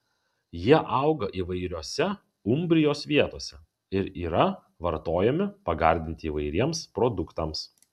jie auga įvairiose umbrijos vietose ir yra vartojami pagardinti įvairiems produktams